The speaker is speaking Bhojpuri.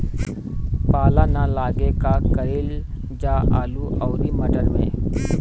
पाला न लागे का कयिल जा आलू औरी मटर मैं?